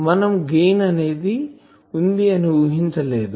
మనం గెయిన్ వుంది అని ఊహించలేదు